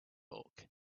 bulk